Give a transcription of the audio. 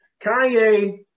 Kanye